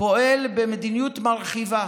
פועל במדיניות מרחיבה